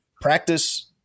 practice